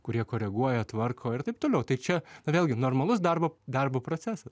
kurie koreguoja tvarko ir taip toliau tai čia nu vėlgi normalus darbo darbo procesas